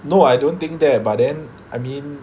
no I don't think that but then I mean